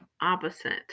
opposite